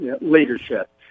leadership